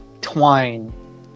Twine